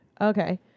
Okay